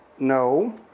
No